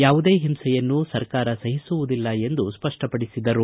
ಯಾವುದೇ ಹಿಂಸೆಯನ್ನು ಸರ್ಕಾರ ಸಹಿಸುವುದಿಲ್ಲ ಎಂದು ಸ್ವಪ್ಪಡಿಸಿದರು